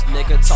Nigga